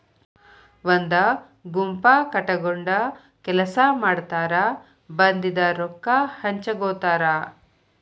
ಒಂದ ಗುಂಪ ಕಟಗೊಂಡ ಕೆಲಸಾ ಮಾಡತಾರ ಬಂದಿದ ರೊಕ್ಕಾ ಹಂಚಗೊತಾರ